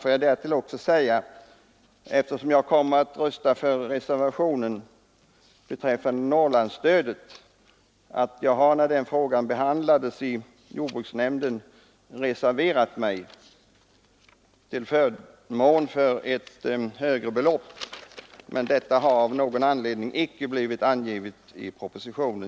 Låt mig dessutom tillägga, eftersom jag kommer att rösta för reservationen beträffande Norrlandsstödet, att jag när den frågan behandlades i jordbruksnämnden reserverade mig till förmån för ett högre belopp, men detta har av någon anledning icke blivit angivet i propositionen.